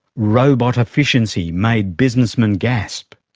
robot efficiency made businessmen gasp,